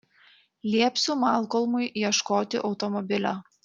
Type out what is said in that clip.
liepsiu malkolmui ieškoti automobilio